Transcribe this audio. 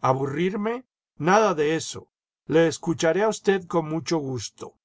aburrirme nada de eso le escucharé a usted con mucho gusto